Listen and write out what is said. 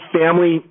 family